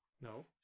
No